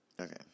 Okay